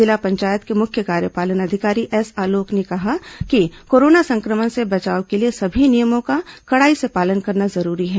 जिला पंचायत के मुख्य कार्यपालन अधिकारी एस आलोक ने कहा कि कोरोना संक्रमण से बचाव के लिए सभी नियमों का कड़ाई से पालन करना जरूरी है